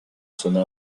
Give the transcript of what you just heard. zona